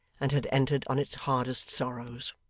and had entered on its hardest sorrows.